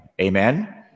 amen